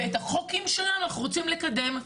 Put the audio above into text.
ואת החוק שלנו אנחנו רוצים לקדם,